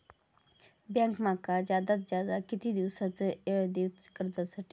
Bank माका जादात जादा किती दिवसाचो येळ देयीत कर्जासाठी?